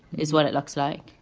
is what it looks like.